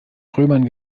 römern